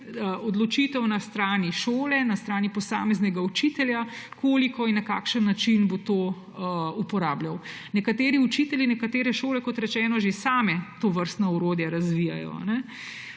odločitev na strani šole, na strani posameznega učitelja, koliko in na kakšen način bo to uporabljal. Nekateri učitelji, nekatere šole, kot rečeno, že same tovrstna orodja razvijajo.